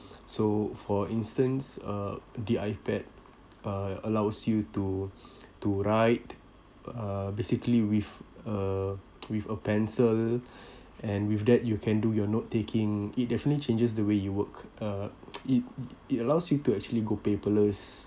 so for instance uh the ipad uh allows you to to write uh basically with a with a pencil and with that you can do your note taking it definitely changes the way you work uh it it allows you to actually go paperless